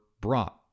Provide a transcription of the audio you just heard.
brought